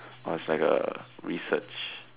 or it's like a research